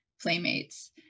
playmates